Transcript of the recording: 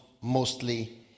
mostly